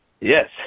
Yes